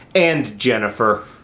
and jennifer